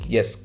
Yes